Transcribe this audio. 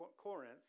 Corinth